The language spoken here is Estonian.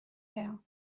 hea